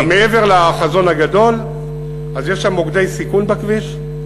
מעבר לחזון הגדול, אז יש שם מוקדי סיכון בכביש.